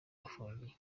bafungiye